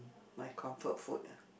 my comfort food ah